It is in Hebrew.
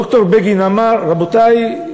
ד"ר בגין אמר: רבותי,